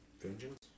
vengeance